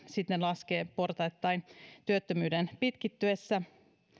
sitten laskee portaittain työttömyyden pitkittyessä